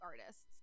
artists